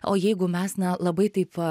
o jeigu mes na labai taip